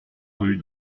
rue